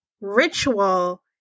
ritual